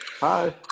Hi